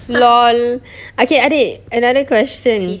LOL okay adik another question